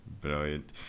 Brilliant